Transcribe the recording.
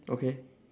okay